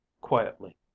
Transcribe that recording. quietly